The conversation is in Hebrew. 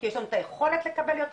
כי יש לנו את היכולת לקבל יותר